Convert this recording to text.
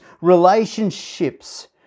relationships